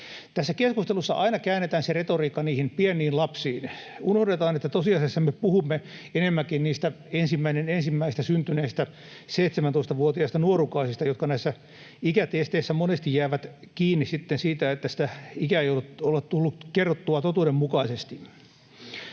Tässä keskustelussa aina käännetään retoriikka niihin pieniin lapsiin. Unohdetaan, että tosiasiassa me puhumme enemmänkin niistä 1.1. syntyneistä 17-vuotiaista nuorukaisista, jotka näissä ikätesteissä monesti jäävät kiinni sitten siitä, että sitä ikää ei ole tullut kerrottua totuudenmukaisesti.